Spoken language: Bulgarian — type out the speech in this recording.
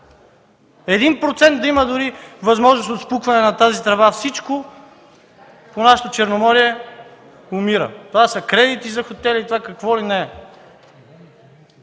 милиарда, 1% да има дори възможност от спукване на тази тръба – всичко по нашето Черноморие умира! Това са кредити за хотели, това е какво ли не!